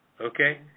okay